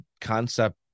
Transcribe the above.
concept